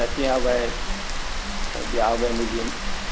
नरसिम्हा बाग आहे ऐं ॿिया बि मिली वेंदा